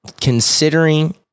considering